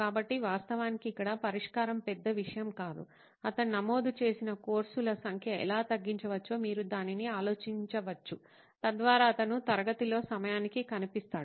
కాబట్టి వాస్తవానికి ఇక్కడ పరిష్కారం పెద్ద విషయం కాదు అతను నమోదు చేసిన కోర్సుల సంఖ్యను ఎలా తగ్గించవచ్చో మీరు దానిని ఆలోచించవచ్చు తద్వారా అతను తరగతిలో సమయానికి కనిపిస్తాడు